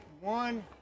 one